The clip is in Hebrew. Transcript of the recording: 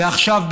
ועכשיו,